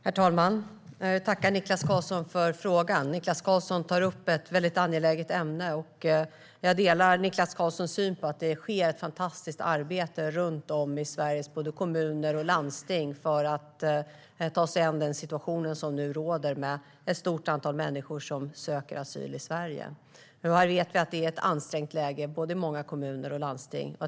Herr talman! Jag tackar Niklas Karlsson för frågan. Han tar upp ett väldigt angeläget ämne, och jag delar Niklas Karlssons syn att det är ett helt fantastiskt arbete som sker runt om i Sveriges kommuner och landsting för att ta sig an den situation som nu råder där ett stort antal människor söker asyl i Sverige. Vi vet att det är ett ansträngt läge i många både kommuner och landsting.